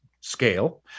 scale